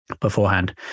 beforehand